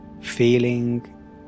Feeling